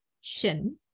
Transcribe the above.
shin